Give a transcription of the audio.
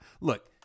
look